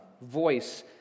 voice